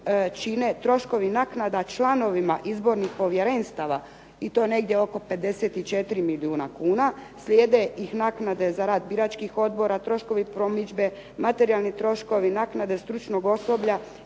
čine troškovi naknada članovima izbornih povjerenstava i to negdje oko 54 milijuna kuna. Slijede ih naknade za rad biračkih odbora, troškovi promidžbe, materijalni troškovi, naknade stručnog osoblja